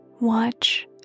Watch